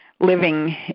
living